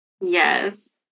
Yes